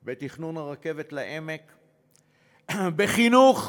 בתכנון הרכבת לעמק, בחינוך,